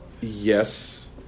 Yes